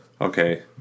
okay